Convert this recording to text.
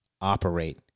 Operate